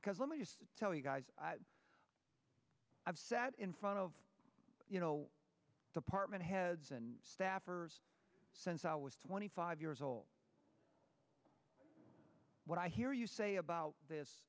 because let me just tell you guys i've sat in front of you know department heads and staffers since i was twenty five years old what i hear you say about this